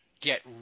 get